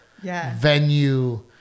venue